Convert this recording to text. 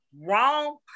wrong